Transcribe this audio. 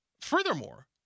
furthermore